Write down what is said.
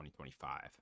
2025